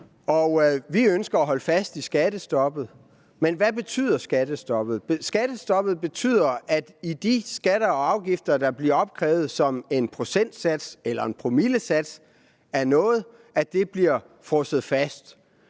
vi ønsker at holde fast i skattestoppet. Men hvad betyder skattestoppet? Skattestoppet betyder, at de skatter og afgifter, der bliver opkrævet som en procentsats eller en promillesats af noget, bliver frosset fast.